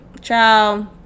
Ciao